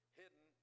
hidden